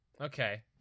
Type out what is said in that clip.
Okay